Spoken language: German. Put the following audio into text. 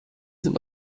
sind